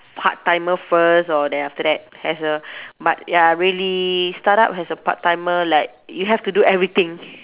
part timer first or then after that as a but ya really start out as a part timer like you have to do everything